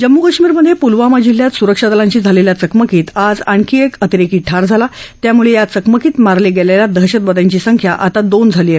जम्मू कश्मीरमधे प्लवामा जिल्ह्यात स्रक्षादलांशी झालेल्या चकमकीत आज आणखी एक अतिरेकी ठार झाला त्यामुळे या चकमकीत मारल्या दहशतवाद्यांची संख्या दोन झाली आहे